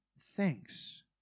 thanks